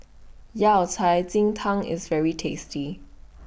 Yao Cai Ji Tang IS very tasty